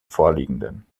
vorliegenden